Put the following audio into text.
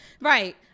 right